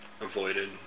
Avoided